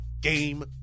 game